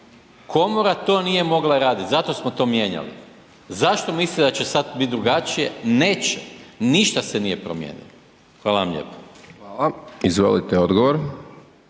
Komora to nije mogla raditi, zato smo to mijenjali. Zašto mislite da će sad bit drugačije? Neće. Ništa se nije promijenilo. Hvala lijepo. **Hajdaš Dončić, Siniša